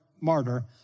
martyr